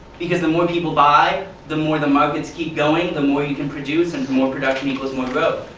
because the more people buy, the more the markets keep going, the more you can produce and more production equals more growth.